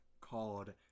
called